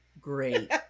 great